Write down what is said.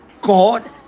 god